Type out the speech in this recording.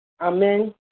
Amen